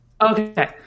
Okay